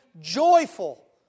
joyful